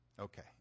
okay